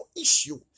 issue